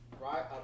Right